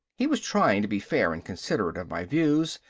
he was trying to be fair and considerate of my views,